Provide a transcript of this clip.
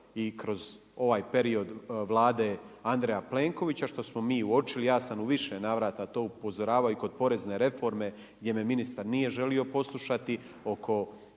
i kroz ovaj period Vlade Andreja Plenkovića što smo mi uočili, aj sam u više navrata to upozoravao i kod porezne reforme gdje me ministar nije želio poslušati, oko